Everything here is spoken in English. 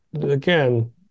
again